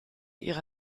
ihre